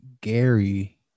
Gary